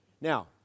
Now